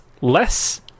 less